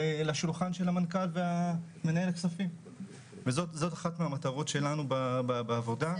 אל השולחן של המנכ"ל והמנהל הכספים וזאת אחת מהמטרות שלנו בעבודה.